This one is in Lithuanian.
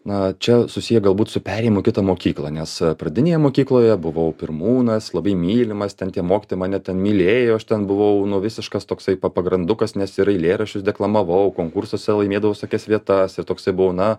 na čia susiję galbūt su perėjimu į kitą mokyklą nes pradinėje mokykloje buvau pirmūnas labai mylimas ten tie mokytojai mane ten mylėjo aš ten buvau visiškas toksai pagrandukas nes ir eilėraščius deklamavau konkursuose laimėdavau visokias vietas ir toksai buvau na